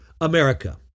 America